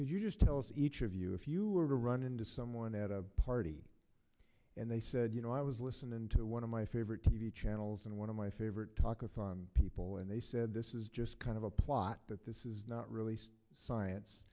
because you just tell us each of you if you were to run into someone at a party and they said you know i was listening to one of my favorite t v channels and one of my favorite talkathon people and they said this is just kind of a plot that this is not really science